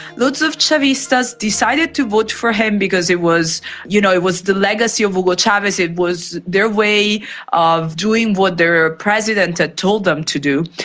lots of chavistas decided to vote him because it was you know it was the legacy of hugo chavez, it was their way of doing what their ah president had told them to do.